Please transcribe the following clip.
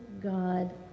God